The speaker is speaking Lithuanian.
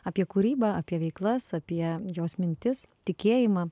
apie kūrybą apie veiklas apie ją jos mintis tikėjimą